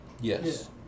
Yes